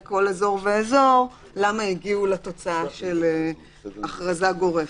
כל אזור ואזור למה הגיעו לתוצאה של הכרזה גורפת.